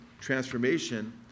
transformation